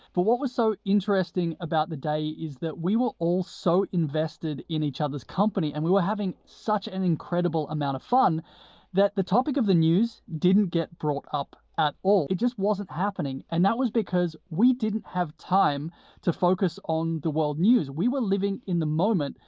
but what was so interesting about the day is that we were all so invested in each other's company and we were having such an incredible amount of fun that the topic of the news didn't get brought up at all. it just wasn't happening, and that was because we didn't have time to focus on the world news. we were living in the moment.